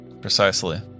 precisely